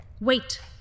Wait